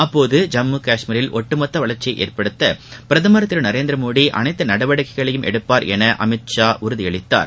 அப்போது ஜம்மு காஷ்மீரில் ஒட்டுமொத்த வளர்ச்சியை ஏற்படுத்த பிரதமர் திரு நரேந்திரமோடி அனைத்து நடவடிக்கைகளையும் எடுப்பார் என திரு அமித்ஷா உறுதி அளித்தார்